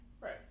right